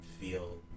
feel